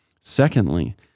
Secondly